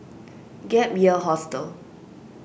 Gap Year Hostel